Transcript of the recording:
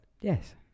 Yes